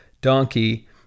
donkey